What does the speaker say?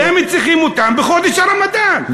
והם צריכים אותם בחודש הרמדאן,